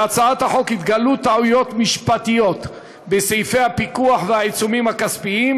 בהצעת החוק התגלו טעויות משפטיות בסעיפי הפיקוח והעיצומים הכספיים,